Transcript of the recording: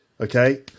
Okay